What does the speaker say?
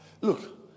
look